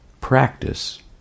practice